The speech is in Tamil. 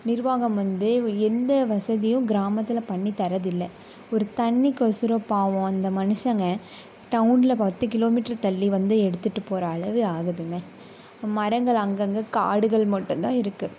நிர்வாகம் வந்து எந்த வசதியும் கிராமத்தில் பண்ணி தரதில்லை ஒரு தண்ணிக்கொசரம் பாவம் அந்த மனுஷங்கள் டவுனில் பத்து கிலோ மீட்ரு தள்ளி வந்து எடுத்துகிட்டு போகிற அளவு ஆகுதுங்க மரங்கள் அங்கங்கே காடுகள் மட்டும்தான் இருக்குது